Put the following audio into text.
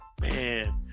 Man